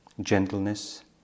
gentleness